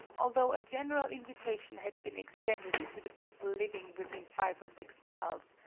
although a general invitation had been extended to the people living within five or six miles,